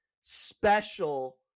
special